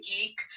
Geek